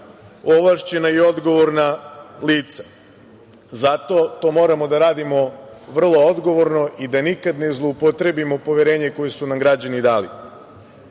ovlašćena i odgovorna lica. Zato to moramo da radimo vrlo odgovorno i da nikad ne zloupotrebimo poverenje koje su nam građani